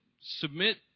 submit